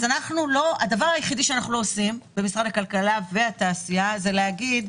הדבר היחידי שאנחנו לא עושים במשרד הכלכלה והתעשייה זה להגיד: